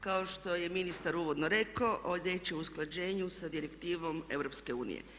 Kao što je ministar uvodno rekao riječ je o usklađenju sa Direktivom EU.